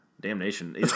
Damnation